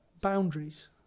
boundaries